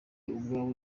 ubwawe